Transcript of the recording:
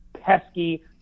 Pesky